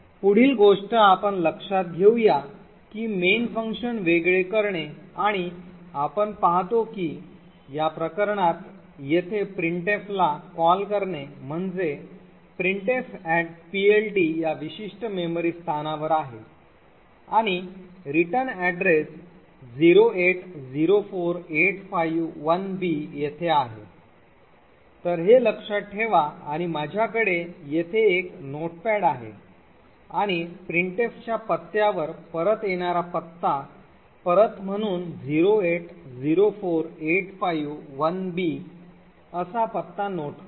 पुढील गोष्ट आपण लक्षात घेऊया की main वेगळे करणे आणि आपण पाहतो की या प्रकरणात येथे printf ला कॉल करणे म्हणजे printfPLT या विशिष्ट मेमरी स्थानावर आहे आणि परतीचा स्थान 0804851b येथे आहे तर हे लक्षात ठेवा आणि माझ्याकडे येथे एक नोटपॅड आहे आणि printf च्या पत्त्यावर परत येणारा पत्ता परत म्हणून 0804851b असा पत्ता नोट करु